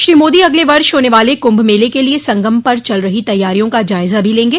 श्री मोदी अगले वर्ष हाने वाले कुंभ मेले के लिये संगम पर चल रही तैयारियों का जायजा भी लेंगे